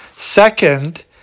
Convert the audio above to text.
Second